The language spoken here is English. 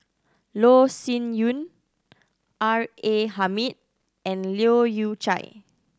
Loh Sin Yun R A Hamid and Leu Yew Chye